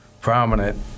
prominent